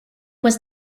was